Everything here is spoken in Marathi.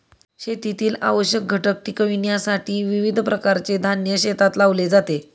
शेतीतील आवश्यक घटक टिकविण्यासाठी विविध प्रकारचे धान्य शेतात लावले जाते